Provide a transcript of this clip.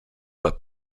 but